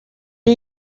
est